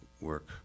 work